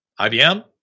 IBM